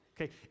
okay